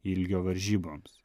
ilgio varžyboms